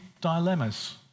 dilemmas